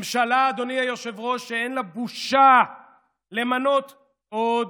ממשלה, אדוני היושב-ראש, שאין לה בושה למנות עוד